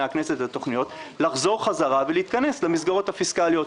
הכנסת את התכניות לחזור חזרה ולהתכנס למסגרות הפיסקליות.